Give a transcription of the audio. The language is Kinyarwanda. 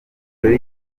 jolly